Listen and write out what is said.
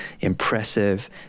impressive